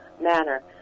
manner